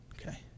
Okay